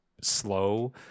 slow